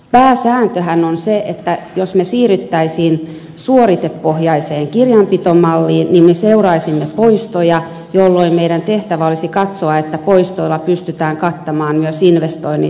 pääsääntöhän on se että jos me siirtyisimme suoritepohjaiseen kirjanpitomalliin niin me seuraisimme poistoja jolloin meidän tehtävänämme olisi katsoa että poistoilla pystytään kattamaan myös investoinnit